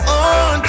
on